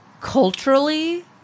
culturally